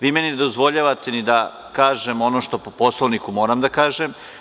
Vi meni ne dozvoljavate da kažem ono što po Poslovniku moram da kažem.